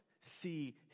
see